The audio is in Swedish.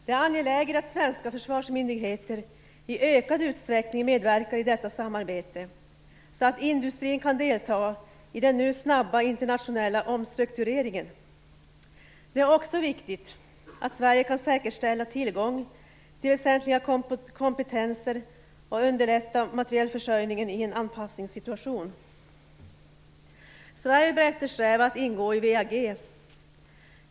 Det är angeläget att svenska försvarsmyndigheter i ökad utsträckning medverkar i detta samarbete så att industrin kan delta i den nu snabba internationella omstruktureringen. Det är också viktigt att Sverige kan säkerställa tillgång till väsentliga kompetenser och underlätta materielförsörjningen i en anpassningssituation. Sverige bör eftersträva att ingå i WEAG.